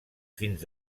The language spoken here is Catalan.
fins